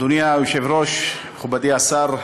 אדוני היושב-ראש, מכובדי השר,